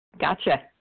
Gotcha